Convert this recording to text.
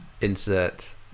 insert